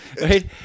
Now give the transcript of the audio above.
Right